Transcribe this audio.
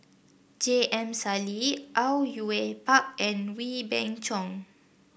J M Sali Au Yue Pak and Wee Beng Chong